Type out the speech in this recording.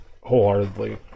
wholeheartedly